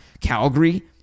Calgary